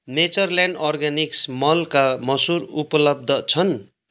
Natureland Organics मल्का मसुर उपलब्ध छन्